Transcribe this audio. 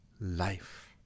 life